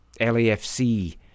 LAFC